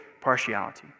partiality